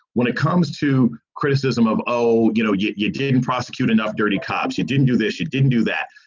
when it comes to criticism of, oh, you know you you didn't prosecute enough dirty cops, you didn't do this, you didn't do that.